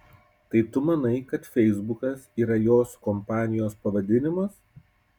tai tu manai kad feisbukas yra jos kompanijos pavadinimas